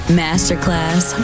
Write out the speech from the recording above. masterclass